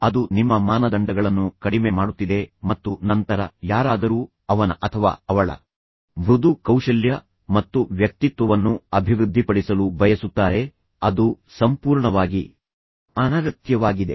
ಅದು ನಿಮ್ಮ ಮಾನದಂಡಗಳನ್ನು ಕಡಿಮೆ ಮಾಡುತ್ತಿದೆ ಮತ್ತು ನಂತರ ಯಾರಾದರೂ ಅವನ ಅಥವಾ ಅವಳ ಮೃದು ಕೌಶಲ್ಯ ಮತ್ತು ವ್ಯಕ್ತಿತ್ವವನ್ನು ಅಭಿವೃದ್ಧಿಪಡಿಸಲು ಬಯಸುತ್ತಾರೆ ಅದು ಸಂಪೂರ್ಣವಾಗಿ ಅನಗತ್ಯವಾಗಿದೆ